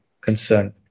concerned